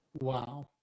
Wow